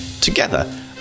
together